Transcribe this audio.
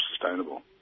sustainable